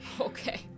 Okay